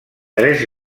tres